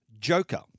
Joker